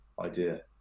idea